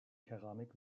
keramik